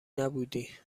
نبودی